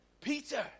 Peter